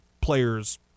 players